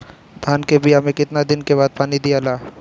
धान के बिया मे कितना दिन के बाद पानी दियाला?